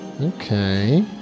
Okay